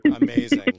Amazing